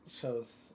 shows